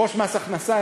ראש מס הכנסה?